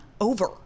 over